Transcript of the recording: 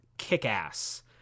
kick-ass